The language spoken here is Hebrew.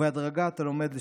ובהדרגה אתה לומד לשקר.